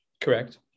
Correct